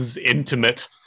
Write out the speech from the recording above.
intimate